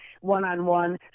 one-on-one